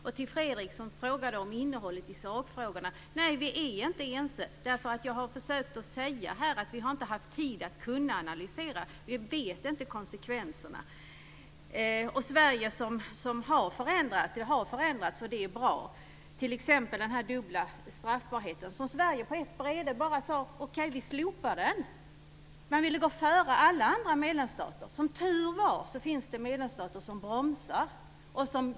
Fredrik Reinfeldt frågade om innehållet i sakfrågorna. Där är vi inte ense. Jag har försökt säga att vi inte har haft tid att analysera detta. Vi vet inte konsekvenserna. Det har förändrats i Sverige, och det är bra. Det gäller t.ex. den dubbla straffbarheten som vi i Sverige på ett bräde sade att vi skulle slopa. Man ville gå före alla andra medlemsstater. Som tur är finns det medlemsstater som bromsar.